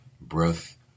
breath